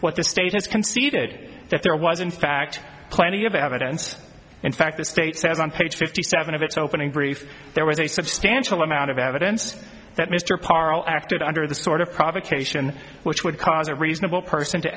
the state has conceded that there was in fact plenty of evidence in fact the state says on page fifty seven of its opening brief there was a substantial amount of evidence that mr parr acted under this sort of provocation which would cause a reasonable person to